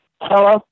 Hello